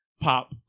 pop